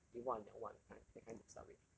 一万两万 that kind that kind to start with